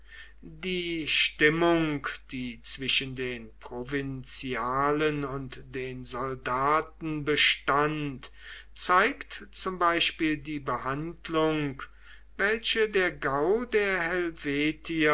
die stimmung die zwischen den provinzialen und den soldaten bestand zeigt zum beispiel die behandlung welche der gau der